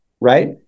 right